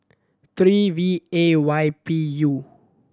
three V A Y P U